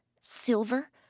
silver